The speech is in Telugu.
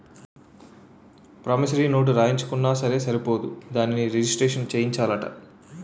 ప్రామిసరీ నోటు రాయించుకున్నా సరే సరిపోదు దానిని రిజిస్ట్రేషను సేయించాలట